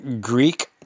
Greek